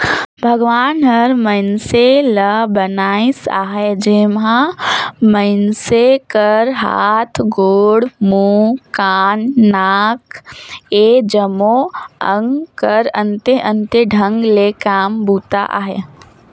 भगवान हर मइनसे ल बनाइस अहे जेम्हा मइनसे कर हाथ, गोड़, मुंह, कान, नाक ए जम्मो अग कर अन्ते अन्ते ढंग ले काम बूता अहे